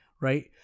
right